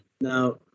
Now